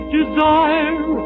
desire